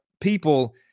people